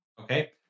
Okay